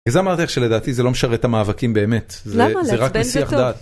זה המערכת שלדעתי זה לא משרת את המאבקים באמת, זה רק מסיח דעת.